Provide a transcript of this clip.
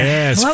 Yes